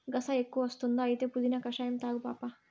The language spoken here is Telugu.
గస ఎక్కువ వస్తుందా అయితే పుదీనా కషాయం తాగు పాపా